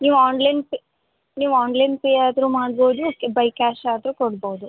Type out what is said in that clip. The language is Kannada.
ನೀವು ಆನ್ಲೈನ್ ಪೆ ನೀವು ಆನ್ಲೈನ್ ಪೇ ಆದರೂ ಮಾಡ್ಬೋದು ಬೈ ಕ್ಯಾಶ್ ಆದರು ಕೊಡ್ಬೋದು